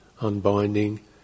unbinding